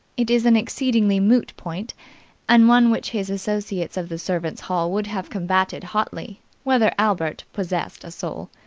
it is an exceedingly moot point and one which his associates of the servants' hall would have combated hotly whether albert possessed a soul.